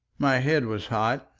my head was hot,